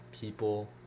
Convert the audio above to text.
people